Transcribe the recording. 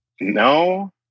No